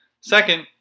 Second